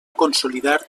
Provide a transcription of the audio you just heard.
consolidar